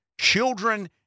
children